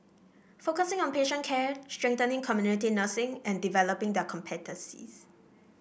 focusing on patient care strengthening community nursing and developing their competencies